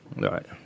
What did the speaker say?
Right